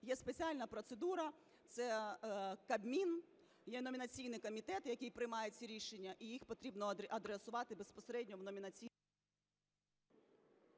є спеціальна процедура: Кабмін, є Номінаційний комітет, який приймає ці рішення. І їх потрібно адресувати безпосередньо в… ГОЛОВУЮЧИЙ. Дякую.